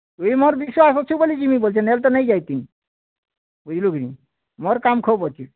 ତୁଇ ମୋର୍ ବିଶ୍ୱାସ୍ ଅଛି ବୋଲି ଯିବିଁ ବୋଲଛି ନହେଲେ ତ ନେଇଯାଇତି ବୁଝିଲୁ କି ମୋର୍ କାମ ଖୁବ୍ ଅଛି